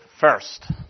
first